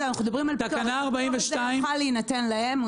אם הפטור הזה יוכל להינתן להם,